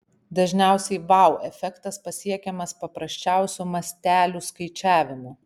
dažniausiai vau efektas pasiekiamas paprasčiausiu mastelių skaičiavimu